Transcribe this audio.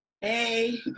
Hey